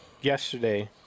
yesterday